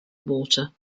water